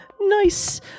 nice